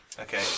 Okay